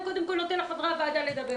הוא קודם כול נותן לחברי הוועדה לדבר.